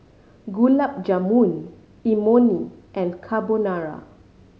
Gulab Jamun Imoni and Carbonara